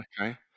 Okay